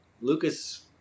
Lucas